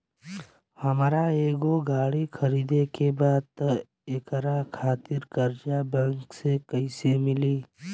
हमरा एगो गाड़ी खरीदे के बा त एकरा खातिर कर्जा बैंक से कईसे मिली?